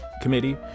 Committee